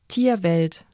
Tierwelt